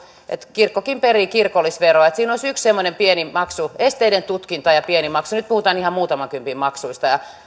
kirkkokin perii kirkollisveroa siinä olisi yksi semmoinen pieni maksu esteiden tutkinta ja ja pieni maksu nyt puhutaan ihan muutaman kympin maksuista